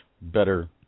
better